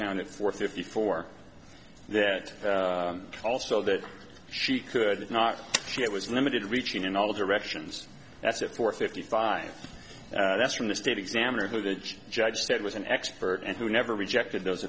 counted for fifty four that also that she could not see it was limited reaching in all directions that's it for fifty five that's from the state exam or who the judge said was an expert and who never rejected those